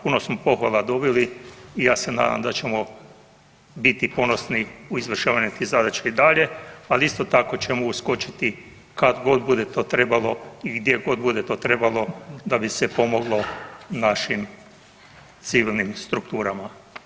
Puno smo pohvala dobili i ja se nadam da ćemo biti ponosni u izvršavanju tih zadaća i dalje, ali isto tako ćemo uskočiti kad god bude to trebalo i gdje god bude to trebalo da bi se pomoglo našim civilnim strukturama.